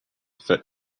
foot